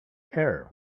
error